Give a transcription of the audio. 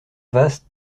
vaast